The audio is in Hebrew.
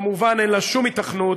כמובן אין לה שום היתכנות.